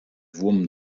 wurm